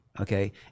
Okay